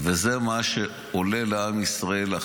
זה מה שעולל חמאס לעם ישראל.